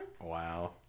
Wow